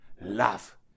love